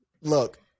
Look